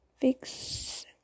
fix